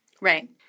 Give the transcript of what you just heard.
Right